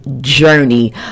journey